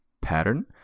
pattern